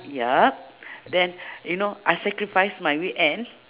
yup then you know I sacrifice my weekends